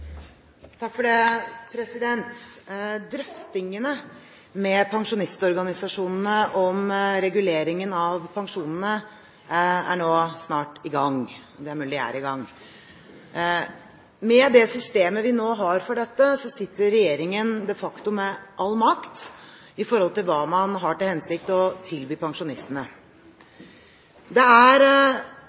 Drøftingene med pensjonistorganisasjonene om reguleringen av pensjonene er snart i gang – det er mulig de er i gang. Med det systemet vi nå har for dette, sitter regjeringen de facto med all makt når det gjelder hva man har til hensikt å tilby pensjonistene. Det er